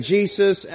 Jesus